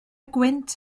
gwynt